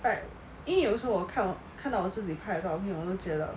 but 因为有时候我也有看到我自己拍到的照片我都觉得